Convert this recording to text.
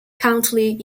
county